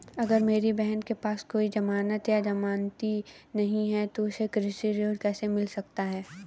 अगर मेरी बहन के पास कोई जमानत या जमानती नहीं है तो उसे कृषि ऋण कैसे मिल सकता है?